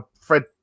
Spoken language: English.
Fred